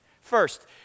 First